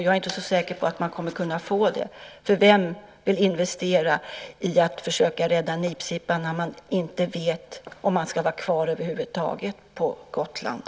Jag är inte så säker på att man kommer att kunna få det. Vem vill investera i att försöka rädda nipsippan när man inte vet om man ska vara kvar på Gotland över huvud taget?